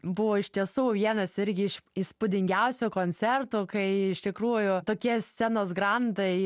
buvo iš tiesų vienas irgi iš įspūdingiausių koncertų kai iš tikrųjų tokie scenos grandai